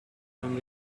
him